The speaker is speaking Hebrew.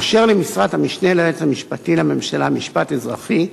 אשר למשרת המשנה ליועץ המשפטי לממשלה (משפט אזרחי),